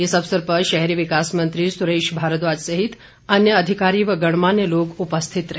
इस अवसर पर शहरी विकास मंत्री स्रेश भारद्वाज सहित अन्य अधिकारी व गणमान्य लोग उपलस्थित रहे